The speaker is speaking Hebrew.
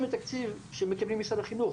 את התקציב שהם מקבלים על ממשרד החינוך.